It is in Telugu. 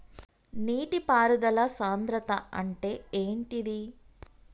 నీటి పారుదల సంద్రతా అంటే ఏంటిది?